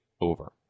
over